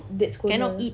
Dad's Corner